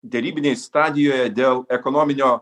derybinėj stadijoje dėl ekonominio